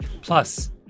Plus